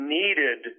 needed